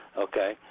okay